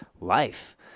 life